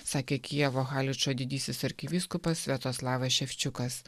sakė kijevo haličo didysis arkivyskupas sviatoslavas ševčiukas